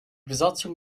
besatzung